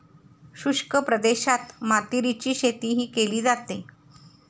शुष्क प्रदेशात मातीरीची शेतीही केली जाते